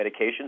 medications